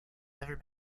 never